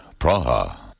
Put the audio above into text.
Praha